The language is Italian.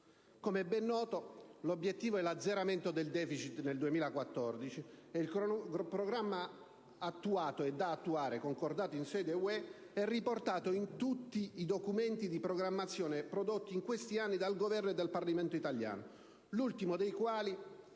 Come ben noto, l'obiettivo è l'azzeramento del deficit nel 2014 e il cronoprogramma attuato e da attuare, concordato in sede UE, è riportato in tutti i documenti di programmazione prodotti in questi anni dal Governo e dal Parlamento italiano, l'ultimo dei quali